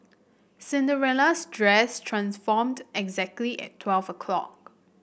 Cinderella's dress transformed exactly at twelve o'clock